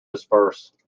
disperse